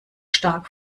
stark